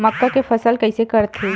मक्का के फसल कइसे करथे?